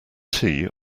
tea